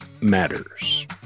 matters